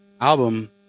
album